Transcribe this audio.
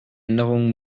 änderungen